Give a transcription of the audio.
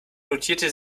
notierte